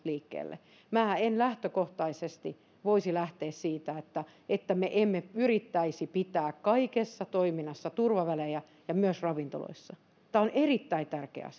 liikkeelle minä en lähtökohtaisesti voisi lähteä siitä että että me emme yrittäisi pitää kaikessa toiminnassa turvavälejä myös ravintoloissa tämä on erittäin tärkeä